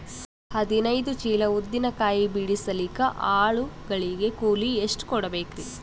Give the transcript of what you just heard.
ಹದಿನೈದು ಚೀಲ ಉದ್ದಿನ ಕಾಯಿ ಬಿಡಸಲಿಕ ಆಳು ಗಳಿಗೆ ಕೂಲಿ ಎಷ್ಟು ಕೂಡಬೆಕರೀ?